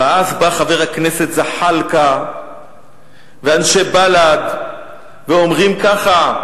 אבל אז באים חבר הכנסת זחאלקה ואנשי בל"ד ואומרים ככה,